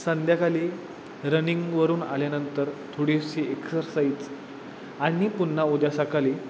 संध्याकाळी रनिंगवरून आल्यानंतर थोडीशी एक्सरसाइज आणि पुन्हा उद्या सकाळी